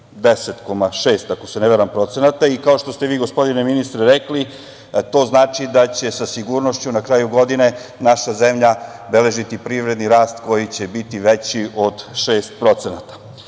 10,6%, ako se ne varam. Kao što ste vi gospodine ministre rekli, to znači da će sa sigurnošću na kraju godine naša zemlja beležiti privredni rast koji će biti veći od 6%.Takav